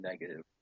negative